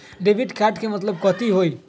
Debit card के मतलब कथी होई?